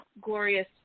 glorious